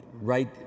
right